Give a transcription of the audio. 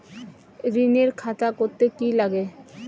ঋণের খাতা করতে কি লাগে?